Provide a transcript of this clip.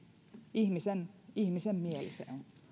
ihmisen ihmisen mieli se